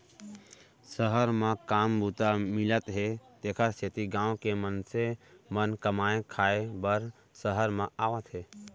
सहर म काम बूता मिलत हे तेकर सेती गॉँव के मनसे मन कमाए खाए बर सहर म आवत हें